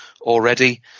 already